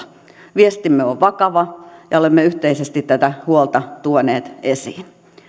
viestimme on vakava ja olemme yhteisesti tätä huolta tuoneet esiin